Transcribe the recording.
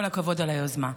כל הכבוד על היוזמה.